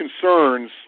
concerns